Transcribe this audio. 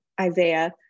Isaiah